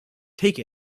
take